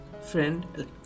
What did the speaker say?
friend